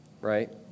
Right